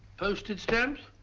postage stamps,